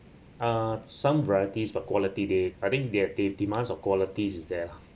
ah some varieties but quality they I think they they demand of qualities is there lah